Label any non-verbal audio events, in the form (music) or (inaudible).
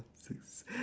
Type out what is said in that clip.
six (breath)